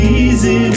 easy